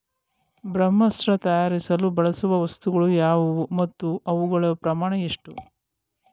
ಬ್ರಹ್ಮಾಸ್ತ್ರ ತಯಾರಿಸಲು ಬಳಸುವ ವಸ್ತುಗಳು ಯಾವುವು ಮತ್ತು ಅವುಗಳ ಪ್ರಮಾಣ ಎಷ್ಟು?